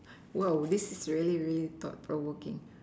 this is really really thought provoking